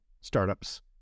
startups